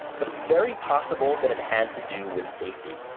but it's very possible that it had to do with safety.